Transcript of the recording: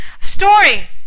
story